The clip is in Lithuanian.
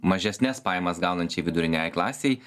mažesnes pajamas gaunančiai viduriniajai klasei